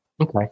Okay